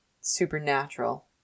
Supernatural